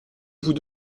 vous